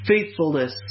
faithfulness